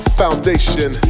foundation